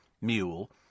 mule